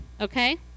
okay